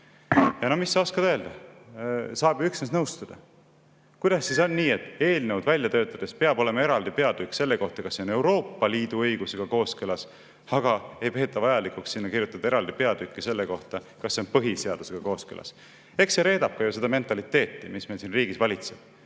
Mis sa oskad öelda? Saab üksnes nõustuda. Kuidas siis on nii, et eelnõu välja töötades peab olema eraldi peatükk selle kohta, kas see on Euroopa Liidu õigusega kooskõlas, aga ei peeta vajalikuks sinna kirjutada eraldi peatükki selle kohta, kas see on põhiseadusega kooskõlas? Eks see reedab ka ju seda mentaliteeti, mis meil siin riigis valitseb.